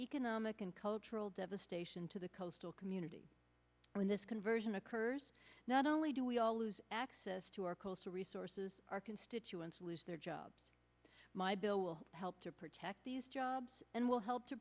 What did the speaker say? economic and cultural devastation to the coastal community when this conversion occurs not only do we all lose access to our coastal resources our constituents lose their jobs my bill will help to protect these jobs and will help to